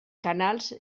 canals